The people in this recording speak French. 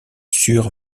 suur